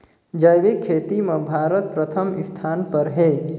जैविक खेती म भारत प्रथम स्थान पर हे